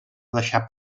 deixar